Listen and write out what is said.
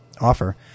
offer